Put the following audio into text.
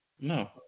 No